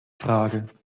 frage